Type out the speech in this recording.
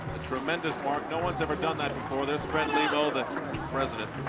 a tremendous mark. no one's ever done that before. there's fred lebow, the president.